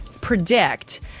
predict